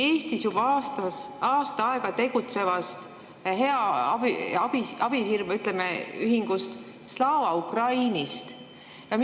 Eestis juba aasta aega tegutsevast abi…, ütleme, ühingust Slava Ukraini.